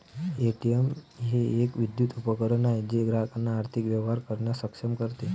ATM हे एक विद्युत उपकरण आहे जे ग्राहकांना आर्थिक व्यवहार करण्यास सक्षम करते